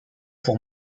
pour